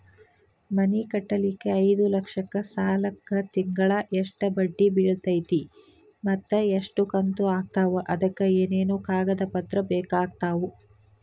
ಮನಿ ಕಟ್ಟಲಿಕ್ಕೆ ಐದ ಲಕ್ಷ ಸಾಲಕ್ಕ ತಿಂಗಳಾ ಎಷ್ಟ ಬಡ್ಡಿ ಬಿಳ್ತೈತಿ ಮತ್ತ ಎಷ್ಟ ಕಂತು ಆಗ್ತಾವ್ ಅದಕ ಏನೇನು ಕಾಗದ ಪತ್ರ ಬೇಕಾಗ್ತವು?